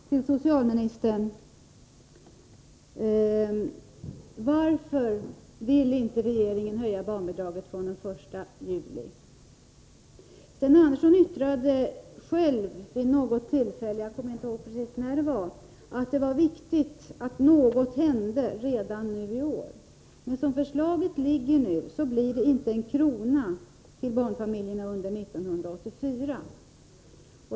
Fru talman! Jag vill ställa följande fråga till socialministern: Varför vill regeringen inte acceptera en höjning av barnbidraget från den 1 juli 1984? Vid något tillfälle — jag kommer inte ihåg precis när det var — har Sten Andersson yttrat att det är viktigt att något händer redan nu i år. Men som förslaget nu är utformat blir det inte en krona till barnfamiljerna under 1984.